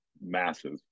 massive